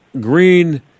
green